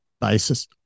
basis